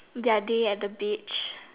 their day at the beach